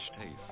taste